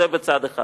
זה בצד אחד.